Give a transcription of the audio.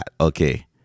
okay